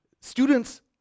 students